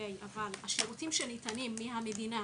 אבל השירותים שניתנים מהמדינה,